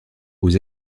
aux